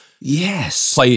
Yes